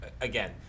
again